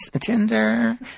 Tinder